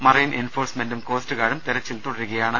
marine എൻഫോഴ്സ്മെന്റും coast ഗാർഡും തെരച്ചിൽ തുടരുകയാണ്